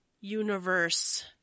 universe